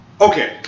Okay